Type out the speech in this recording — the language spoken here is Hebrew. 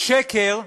שקר,